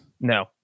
No